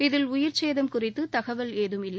இதில் உயிர் சேதம் குறித்து தகவல் ஏதும் இல்லை